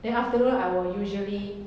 then afternoon I will usually